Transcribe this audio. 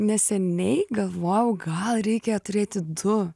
neseniai galvojau gal reikia turėti du